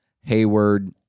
Hayward